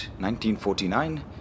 1949